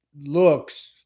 looks